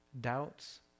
Doubts